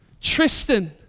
Tristan